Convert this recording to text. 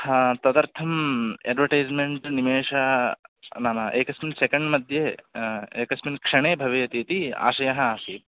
हा तदर्थम् एड्वटैस्मेण्ट् निमेषः नाम एकस्मिन् सेकेण्ड् मध्ये एकस्मिन् क्षणे भवेत् इति आशयः आसीत्